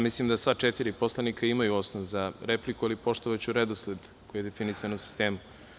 Mislim da sva četiri poslanika imaju osnov za repliku, ali poštovaću redosled koji je definisan u sistemu.